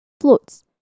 floats